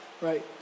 Right